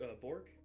Bork